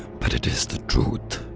but it is the truth.